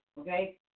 Okay